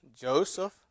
Joseph